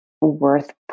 worth